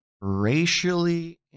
Racially